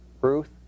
Ruth